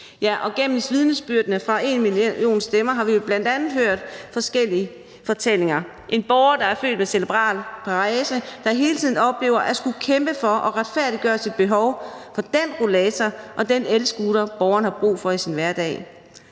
pct. Og gennem vidnesbyrdene fra #enmillionstemmer har vi jo bl.a. hørt forskellige fortællinger. En borger, der er født med cerebral parese, oplever hele tiden at skulle kæmpe for at retfærdiggøre sit behov fra den rollator og den elscooter, borgeren har brug for i sin hverdag.